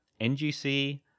NGC